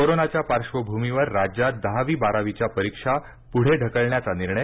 कोरोनाच्या पार्श्वभूमीवर राज्यात दहावीबारावीच्या परीक्षा पुढे ढकलण्याचा निर्णय